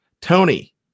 Tony